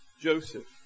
Joseph